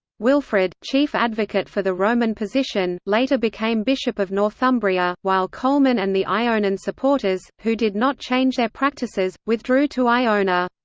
wilfrid, chief advocate for the roman position, later became bishop of northumbria, while colman and the ionan supporters, who did not change their practices, withdrew to iona.